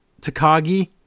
Takagi